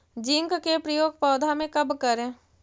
Zinc के प्रयोग पौधा मे कब करे?